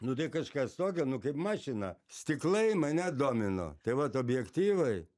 nu tai kažkas tokio nu kaip mašina stiklai mane domino tai vat objektyvai